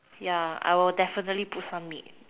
ya I will definitely put some meat